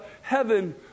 heaven